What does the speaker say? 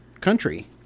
country